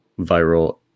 viral